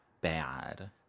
bad